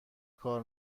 کار